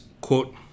quote